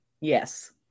Yes